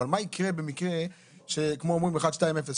אבל מה יקרה במקרה שכמו שאמרו 1208,